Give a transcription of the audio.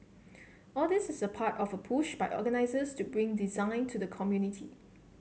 all this is part of push by organisers to bring design to the community